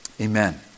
Amen